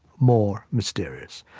more mysterious.